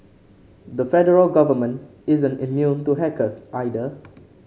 the federal government isn't immune to hackers either